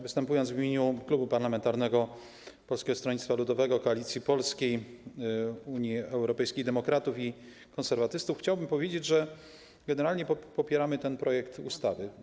Występując w imieniu klubu parlamentarnego Polskiego Stronnictwa Ludowego, Koalicji Polskiej, Unii Europejskiej Demokratów i Konserwatystów chciałbym powiedzieć, że generalnie popieramy ten projekt ustawy.